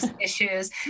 Issues